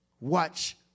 watch